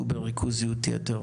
שנמצאים בריכוזיות יתר.